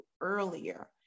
earlier